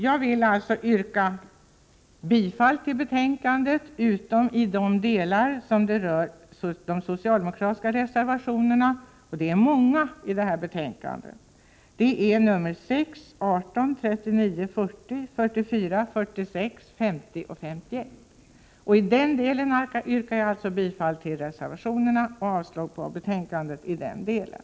Jag vill yrka bifall till utskottets hemställan utom beträffande de socialdemokratiska reservationerna — och de är många i detta betänkande. I denna del yrkar jag alltså bifall till reservationerna 6, 18, 39, 40, 44, 46, 50 och 51 och avslag på utskottets hemställan.